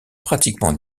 pratiquement